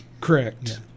Correct